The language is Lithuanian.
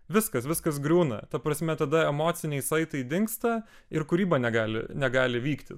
viskas viskas griūna ta prasme tada emociniai saitai dingsta ir kūryba negali negali vykti